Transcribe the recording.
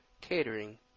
Catering